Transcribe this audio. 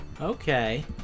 Okay